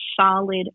solid